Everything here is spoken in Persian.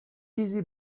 چیزی